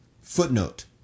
Footnote